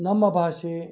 ನಮ್ಮ ಭಾಷೆ